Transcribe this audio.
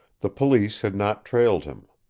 the police had not trailed him.